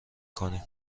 کنیم